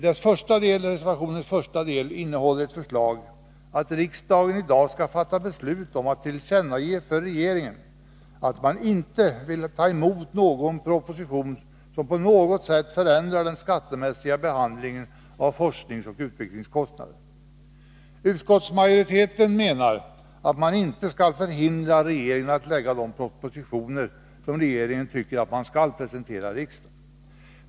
Dess första del innehåller ett förslag att riksdagen i dag skall fatta beslut om att tillkännage för regeringen att man inte vill ta emot en proposition som på något sätt förändrar den skattemässiga behandlingen av forskningsoch utvecklingskostnader. Utskottsmajoriteten menar att man inte skall hindra regeringen från att framlägga de propositioner som den tycker att man skall presentera riksdagen.